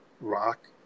rock